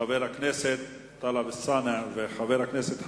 חבר הכנסת טלב אלסאנע, וחבר הכנסת חסון,